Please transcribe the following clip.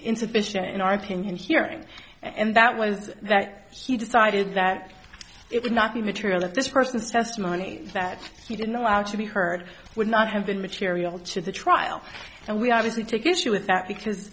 insufficient in our opinion hearing and that was that he decided that it would not be material of this person's testimony that he didn't allow to be heard would not have been material to the trial and we obviously take issue with that because